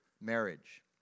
marriage